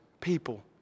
people